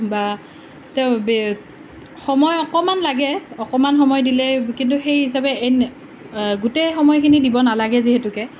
বা তেওঁ বে সময় অকণমান লাগে অকণমান সময় দিলেই কিন্তু সেই হিচাপে গোটেই সময়খিনি দিব নালাগে যিহেতুকে